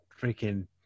freaking